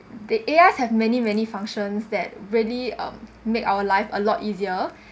the A_Is have many many functions that really um make our life a lot easier